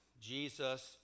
Jesus